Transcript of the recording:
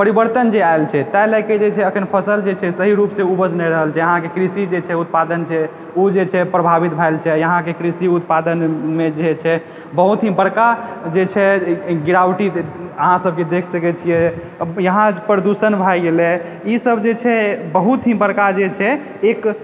परिवर्तन जे आयल छै ताहि लए कए जे छै अखैन फसल जे छै सही रूपसँ उपजि नहि रहल छै अहाँके कृषि जे छै उत्पादन छै उ जे छै प्रभावित भेल छै अहाँके कृषि उत्पादनमे जे छै बहुत ही बड़का जे छै गिरावटी अहाँ सबके देख सकै छियै यहाँ प्रदूषण भै गेलै इसब जे छै बहुत ही बड़का जे छै एक